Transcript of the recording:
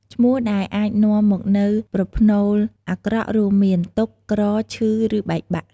ឈ្មោះដែលអាចនាំមកនៃប្រភ្នូរអាក្រក់រួមមាន "ទុក្ខ" "ក្រ" "ឈឺ" ឬ "បែកបាក់"។